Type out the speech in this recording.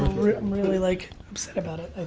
really like upset about it.